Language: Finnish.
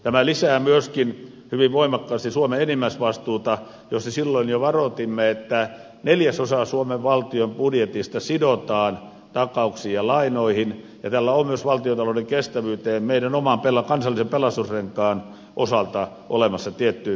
tämä lisää myöskin hyvin voimakkaasti suomen enimmäisvastuuta josta silloin jo varoitimme että neljäsosa suomen valtion budjetista sidotaan takauksiin ja lainoihin ja tällä on myös valtiontalouden kestävyyteen meidän oman kansallisen pelastusrenkaamme osalta olemassa tietty vaikutus